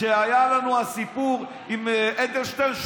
כשהיה לנו הסיפור עם אדלשטיין,